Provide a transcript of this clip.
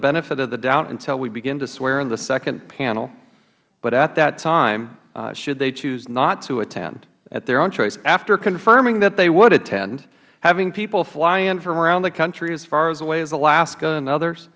benefit of the doubt until we begin to swear in the second panel but at that time should they choose not to attend at their own choice after confirming that they would attend having people fly in from around the country as far away as alaska and other